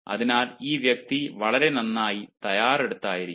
അതിനാൽ ഈ വ്യക്തി വളരെ നന്നായി തയ്യാറെടുത്ത് ആയിരിക്കും